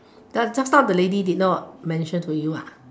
just now the lady did not mention to you ah